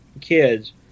kids